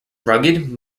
rugged